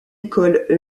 école